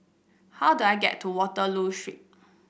how do I get to Waterloo Street